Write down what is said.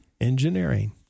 Engineering